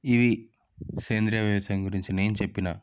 ఇవి సేంద్రీయ వ్యవసాయం గురించి నేను చెప్పిన